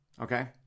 okay